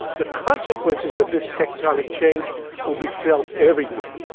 the consequences of this tectonic change will be felt everywhere.